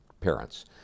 parents